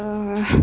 ओह